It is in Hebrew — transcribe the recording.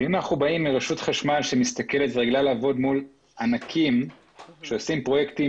אם אנחנו באים מרשות חשמל שרגילה לעבוד מול ענקים שעושים פרויקטים